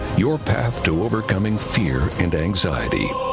your path to overcoming fear and anxiety